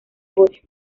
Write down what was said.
negocio